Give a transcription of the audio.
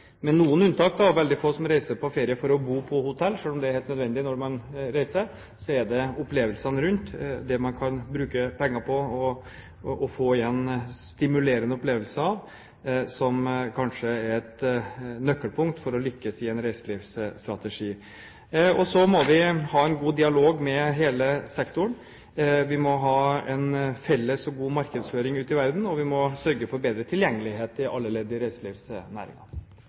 med noen unntak, veldig få som reiser på ferie for å bo på hotell, selv om det er helt nødvendig når man reiser, men det er opplevelsene rundt, det man kan bruke penger på og få igjen av stimulerende opplevelser, som kanskje er et nøkkelpunkt for å lykkes med en reiselivsstrategi. Så må vi ha en god dialog med hele sektoren. Vi må ha en felles og god markedsføring ute i verden, og vi må sørge for bedre tilgjengelighet i alle ledd i reiselivsnæringen.